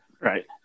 Right